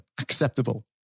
acceptable